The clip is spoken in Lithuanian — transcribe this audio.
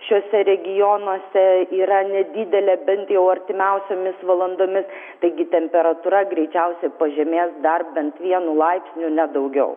šiuose regionuose yra nedidelė bent jau artimiausiomis valandomis taigi temperatūra greičiausiai pažemės dar bent vienu laipsniu ne daugiau